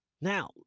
Now